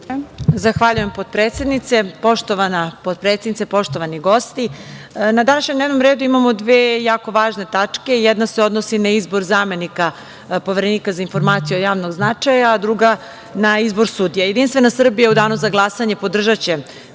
Zahvaljujem, potpredsednice. Poštovana potpredsednice, poštovani gosti, na današnjem dnevnom redu imamo dve jako važne tačke. Jedna se odnosi na izbor zamenika Poverenika za informacije od javnog značaja, a druga na izbor sudija. Jedinstvena Srbija u danu za glasanje podržaće